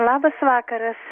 labas vakaras